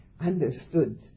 understood